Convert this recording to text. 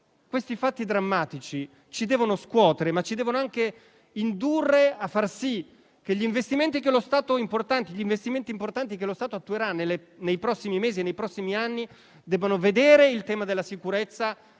questi ci devono scuotere, ma ci devono anche indurre a far sì che gli investimenti importanti che lo Stato attuerà nei prossimi mesi e nei prossimi anni pongano il tema della sicurezza